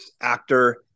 actor